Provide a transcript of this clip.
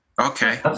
Okay